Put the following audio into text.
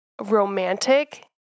romantic